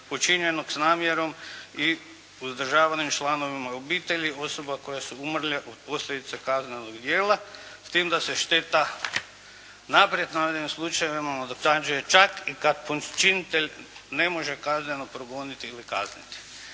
počinjenog s namjerom i uzdržavanima članovima obitelji, osoba koje su umrle od posljedica kaznenog djela s tim da se šteta, naprijed navedeni slučajevima nadoknađuje čak i kada počinitelj ne može kazneno progoniti ili kazniti.